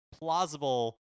plausible